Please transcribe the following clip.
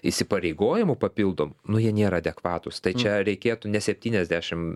įsipareigojimų papildomų nu jie nėra adekvatūs tai čia reikėtų ne septyniasdešim